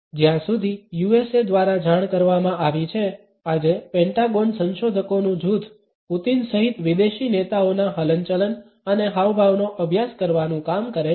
2913 જ્યાં સુધી USA દ્વારા જાણ કરવામાં આવી છે આજે પેન્ટાગોન સંશોધકોનું જૂથ પુતિન સહિત વિદેશી નેતાઓના હલનચલન અને હાવભાવનો અભ્યાસ કરવાનું કામ કરે છે